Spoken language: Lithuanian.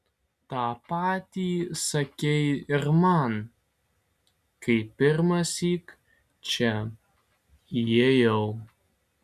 tą patį sakei ir man kai pirmąsyk čia įėjau